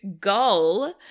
goal